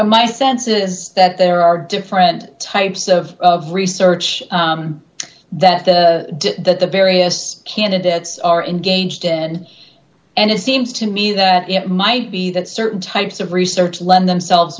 my sense is that there are different types of research that the various candidates are engaged in and it seems to me that it might be that certain types of research lend themselves